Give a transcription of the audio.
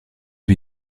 vue